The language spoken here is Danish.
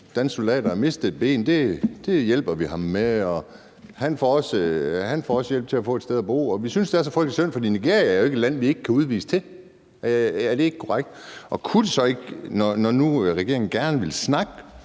danske soldater? Han har mistet et ben, men det hjælper vi ham med, og han får også hjælp til at få et sted at bo, og vi synes, det er så frygtelig synd. Nigeria er jo ikke et land, vi ikke kan udvise til. Er det ikke korrekt? Når nu regeringen gerne vil snakke